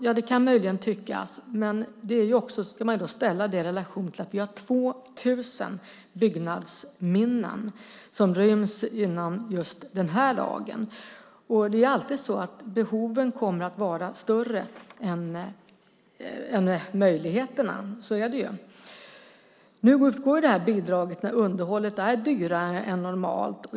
Ja, det kan möjligen tyckas, men man ska då ställa det i relation till att vi har 2 000 byggnadsminnen som ryms inom just den här lagen. Det är alltid så att behoven kommer att vara större än möjligheterna. Så är det ju. Nu utgår det här bidraget när underhållet är dyrare än normalt.